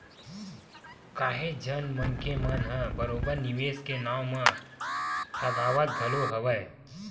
काहेच झन मनखे मन ह बरोबर निवेस के नाव म ठगावत घलो हवय